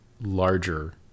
larger